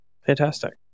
Fantastic